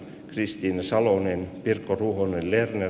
kristiina salonen pirkko ruohonen lerner